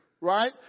right